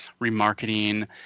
remarketing